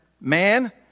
Man